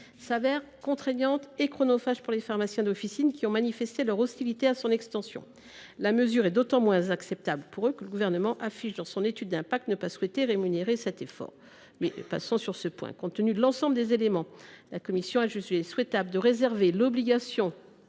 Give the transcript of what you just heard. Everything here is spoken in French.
s’avère contraignant et chronophage pour les pharmaciens d’officine, qui ont manifesté leur hostilité à son extension. La mesure est d’autant moins acceptable, pour eux, que le Gouvernement affiche, dans son étude d’impact, ne pas souhaiter rémunérer cet effort. Passons sur ce point… Compte tenu de l’ensemble de ces éléments, la commission juge souhaitable de réserver l’obligation